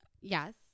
Yes